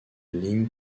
ligne